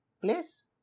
place